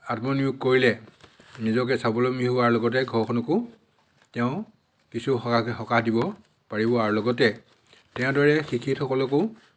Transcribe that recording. আত্মনিয়োগ কৰিলে নিজকে স্বাৱলম্বী হোৱাৰ লগতে ঘৰখনকো তেওঁ কিছু সকাহ সকাহ দিব পাৰিব আৰু লগতে তেওঁৰ দৰে শিক্ষিতসকলকো